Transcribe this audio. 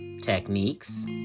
techniques